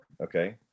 okay